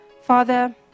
Father